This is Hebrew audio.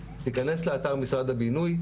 תיכנס לאתר משרד הבינוי,